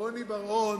רוני בר-און,